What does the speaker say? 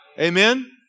Amen